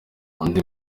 undi